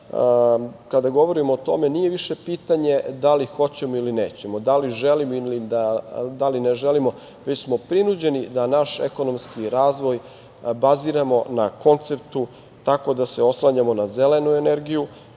kada govorimo o tome, nije više pitanje da li hoćemo ili nećemo, da li želimo, da li ne želimo, već smo prinuđeni da naš ekonomski razvoj baziramo na konceptu tako da se oslanjamo na zelenu energiju,